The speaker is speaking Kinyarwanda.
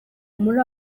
muri